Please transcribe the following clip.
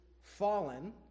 fallen